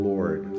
Lord